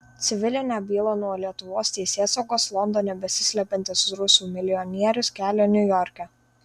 civilinę bylą nuo lietuvos teisėsaugos londone besislepiantis rusų milijonierius kelia niujorke